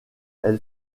elle